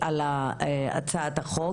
הצעת החוק,